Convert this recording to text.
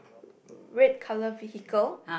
red colour vehicle